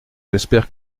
j’espère